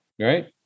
Right